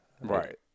Right